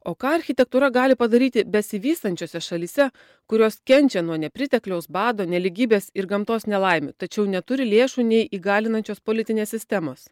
o ką architektūra gali padaryti besivystančiose šalyse kurios kenčia nuo nepritekliaus bado nelygybės ir gamtos nelaimių tačiau neturi lėšų nei įgalinančios politinės sistemos